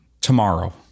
tomorrow